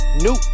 new